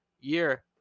year